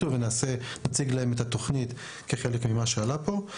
נציג להם את התוכנית כחלק ממה שעלה פה.